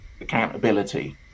accountability